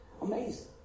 Amazing